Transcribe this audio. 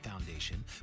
Foundation